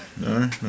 no